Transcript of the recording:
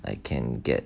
I can get